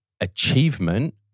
achievement